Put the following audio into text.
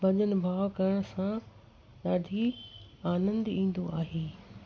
भॼन भाव करण सां ॾाढी आनंदु ईंदो आहे